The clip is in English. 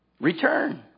Return